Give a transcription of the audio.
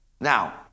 now